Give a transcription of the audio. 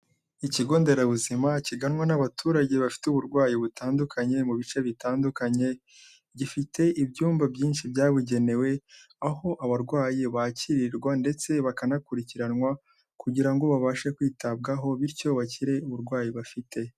Ikigo nderabuzima kiganwa n'abaturage bafite uburwayi butandukanye mu bice bitandukanye, gifite ibyumba byinshi byabugenewe aho abarwayi bakirirwa ndetse bakanakurikiranwa kugira ngo babashe kwitabwaho bityo bakire uburwayi bafite.